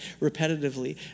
repetitively